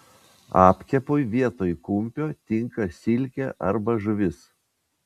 apkepui vietoj kumpio tinka silkė arba žuvis